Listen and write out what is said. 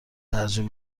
ترجیح